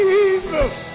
Jesus